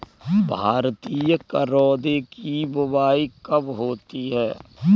भारतीय करौदे की बुवाई कब होती है?